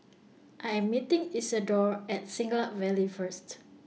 I Am meeting Isidore At Siglap Valley First